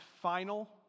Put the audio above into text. final